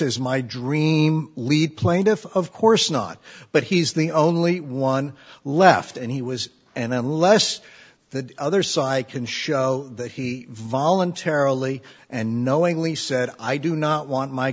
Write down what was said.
is my dream lead plaintiff of course not but he's the only one left and he was and unless the other side i can show that he voluntarily and knowingly said i do not want my